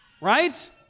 right